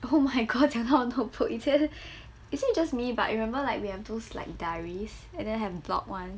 oh my god 讲到 notebook 以前 is it just me but I remember like we have those like diaries and then have blog [one]